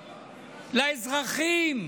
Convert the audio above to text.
לאזרחים,